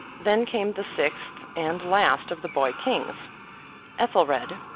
then came the sixth and last of the boy-kings, ethelred,